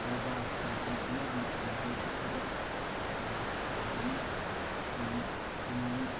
ꯀꯔꯕꯥꯔ ꯇꯧꯕ ꯑꯃꯗꯤ ꯄ꯭ꯔꯥꯏꯕꯦꯠꯀꯤ ꯊꯕꯛ ꯀꯌꯥ ꯇꯧꯗꯨꯅ ꯍꯤꯡ ꯍꯤꯡ